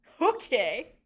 Okay